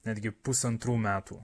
netgi pusantrų metų